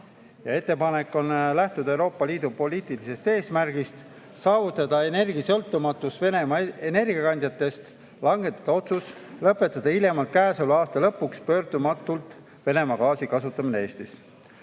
Ettepanek on lähtuda Euroopa Liidu poliitilisest eesmärgist saavutada energiasõltumatus Venemaa energiakandjatest ja langetada otsus lõpetada hiljemalt käesoleva aasta lõpuks pöördumatult Venemaa gaasi kasutamine Eestis.